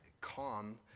calm